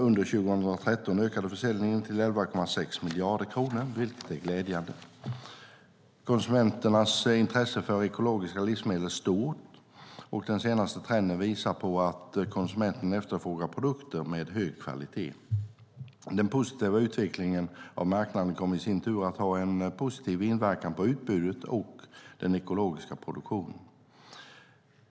Under 2013 ökade försäljningen till 11,6 miljarder kronor, vilket är glädjande. Konsumenternas intresse för ekologiska livsmedel är stort, och den senaste trenden visar på att konsumenten efterfrågar produkter med hög kvalitet. Den positiva utvecklingen av marknaden kommer i sin tur att ha en positiv inverkan på utbudet och den ekologiska produktionen.